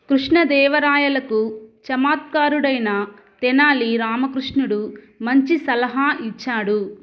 కృష్ణదేవరాయలకు చమాత్కారుడైన తెనాలి రామకృష్ణుడు మంచి సలహా ఇచ్చాడు